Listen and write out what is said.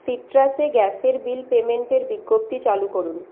সিট্রাসে গ্যাসের বিল পেইমেন্টের বিজ্ঞপ্তি চালু করুন